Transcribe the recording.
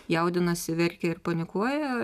jaudinasi verkia ir panikuoja